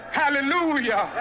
hallelujah